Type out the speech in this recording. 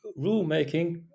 rulemaking